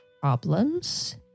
problems